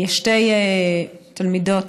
שתי תלמידות,